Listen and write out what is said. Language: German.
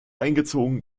eingezogen